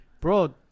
Bro